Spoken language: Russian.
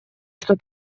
что